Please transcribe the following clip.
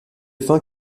fin